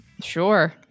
sure